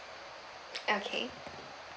okay